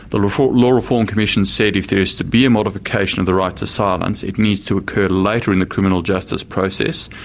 the law reform commission said if there's to be a modification of the right to silence, it needs to occur later in the criminal justice process,